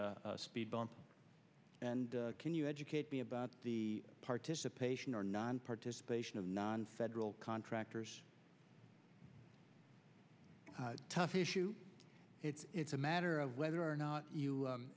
a speed bump and can you educate me about the participation or nonparticipation of non federal contractors a tough issue it's a matter of whether or not you